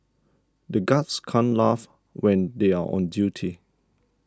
the guards can't laugh when they are on duty